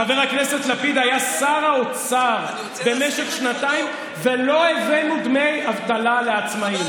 חבר הכנסת לפיד היה שר האוצר במשך שנתיים ולא הבאנו דמי אבטלה לעצמאים.